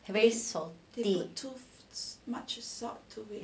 very salty